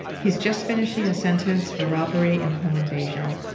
he's just finishing a sentence for robbery and home invasion.